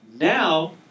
Now